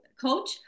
coach